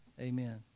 Amen